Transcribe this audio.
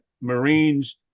Marines